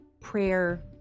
prayer